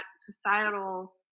societal